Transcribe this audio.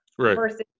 Versus